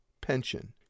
pension